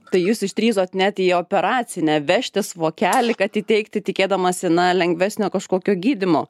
tai jūs išdrįsot net į operacinę vežtis vokelį kad įteikti tikėdamasi na lengvesnio kažkokio gydymo